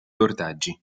ortaggi